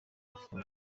afunzwe